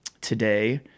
today